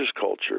culture